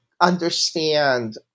understand